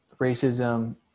racism